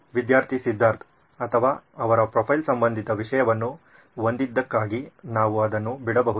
ವಿದ್ಯಾರ್ಥಿ ಸಿದ್ಧಾರ್ಥ್ ಅಥವಾ ಅವರ ಪ್ರೊಫೈಲ್ ಸಂಬಂಧಿತ ವಿಷಯವನ್ನು ಹೊಂದಿದ್ದಕ್ಕಾಗಿ ನಾವು ಅದನ್ನು ಬಿಡಬಹುದು